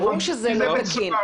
ברור שזה לא תקין.